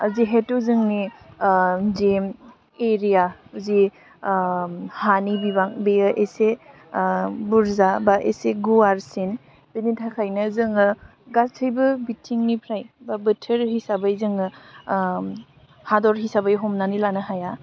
जिहेथु जोंनि जि एरिया जि हानि बिबां बेयो एसे बुरजा बा एसे गुवारसिन बेनि थाखायनो जोङो गासैबो बिथिंनिफ्राय बा बोथोर हिसाबै जोङो हादर हिसाबै हमनानै लानो हाया